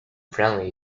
friendly